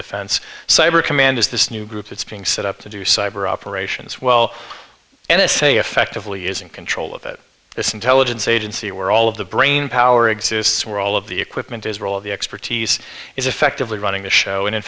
defense cyber command is this new group that's being set up to do cyber operations well n s a effectively is in control of it this intelligence agency where all of the brainpower exists where all of the equipment is role of the expertise is effectively running the show and in